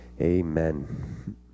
amen